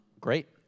Great